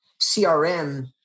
CRM